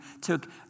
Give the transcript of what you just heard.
took